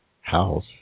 house